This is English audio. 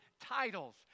titles